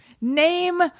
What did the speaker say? Name